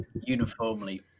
uniformly